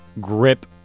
grip